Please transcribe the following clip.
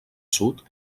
sud